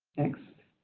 next.